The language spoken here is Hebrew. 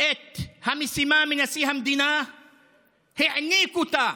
את המשימה מנשיא המדינה, העניק אותה,